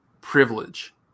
privilege